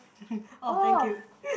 oh thank you